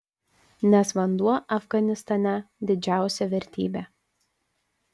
nes vanduo afganistane didžiausia vertybė